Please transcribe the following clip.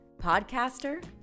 podcaster